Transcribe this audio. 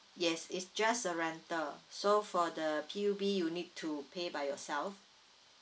yes is just a rental so for the P_U_B you need to pay by yourself